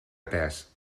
pes